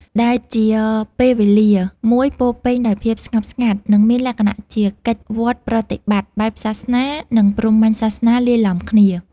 ដែលជាពេលវេលាមួយពោរពេញដោយភាពស្ងប់ស្ងាត់ និងមានលក្ខណៈជាកិច្ចវត្តប្រតិបត្តិបែបសាសនា និងព្រហ្មញ្ញសាសនាលាយឡំគ្នា។